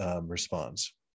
response